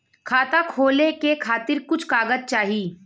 खाता खोले के खातिर कुछ कागज चाही?